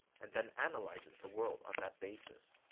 and then analyzes the world on that basis.